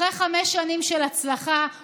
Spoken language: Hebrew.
אחרי חמש שנים של הצלחה,